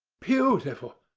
beautiful!